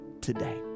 today